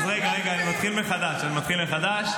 רגע, אני מתחיל מחדש, אני מתחיל מחדש.